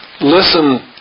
Listen